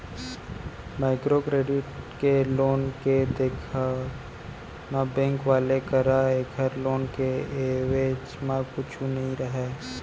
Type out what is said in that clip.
micro credit के loan के देवत म बेंक वाले करा ऐखर लोन के एवेज म कुछु नइ रहय